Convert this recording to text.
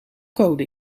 code